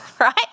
right